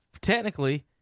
technically